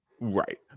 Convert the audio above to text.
Right